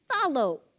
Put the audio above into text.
follow